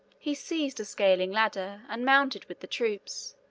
he seized a scaling ladder and mounted with the troops.